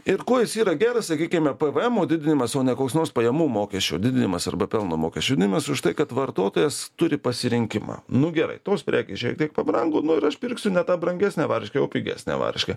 ir kuo jis yra geras sakykime pavaemo didinimas o ne koks nors pajamų mokesčio didinimas arba pelno mokesčio didinimas už tai kad vartotojas turi pasirinkimą nu gerai tos prekės šiek tiek pabrango nu ir aš pirksiu ne tą brangesnę varškę o pigesnę varškę